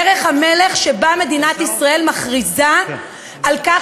דרך המלך שבה מדינת ישראל מכריזה על כך